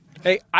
Hey